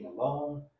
alone